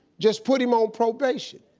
just put him on probation.